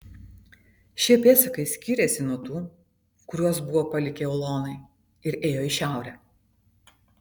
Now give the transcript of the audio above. šie pėdsakai skyrėsi nuo tų kuriuos buvo palikę ulonai ir ėjo į šiaurę